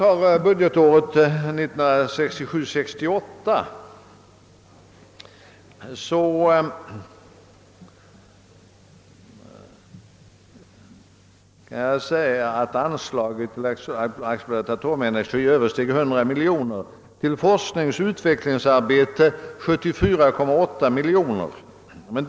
För budgetåret 1967/68 steg anslaget till AB Atomenergi till cirka 100 miljoner kronor. Därav avsågs till forskningsoch utvecklingsarbete 74,8 miljoner kronor.